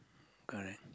correct